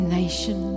nation